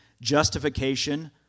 justification